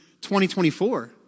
2024